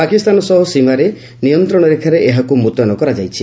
ପାକିସ୍ତାନ ସହ ସୀମାରେ ନିୟନ୍ତ୍ରଣ ରେଖାରେ ଏହାକୁ ମୁତୟନ କରାଯାଇଛି